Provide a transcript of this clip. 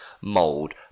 mold